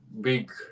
big